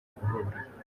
guhura